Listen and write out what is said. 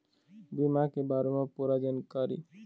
बीमा के बारे म पूरा जानकारी?